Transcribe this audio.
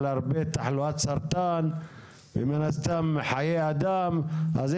תחלואת סרטן גובה ומן הסתם מדובר בחיי אדם.